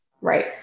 Right